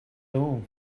all